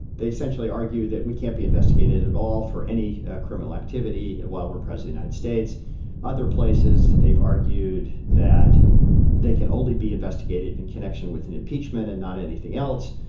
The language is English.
they essentially argue that we can't be investigated at all for any criminal activity and while we're proudly united states other places they've argued that they can only be investigated in connection with an impeachment and not anything else.